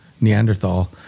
Neanderthal